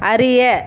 அறிய